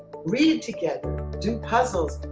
read together, do puzzles.